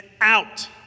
out